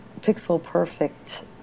pixel-perfect